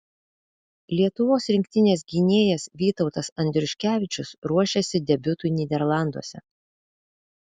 lietuvos rinktinės gynėjas vytautas andriuškevičius ruošiasi debiutui nyderlanduose